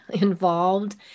involved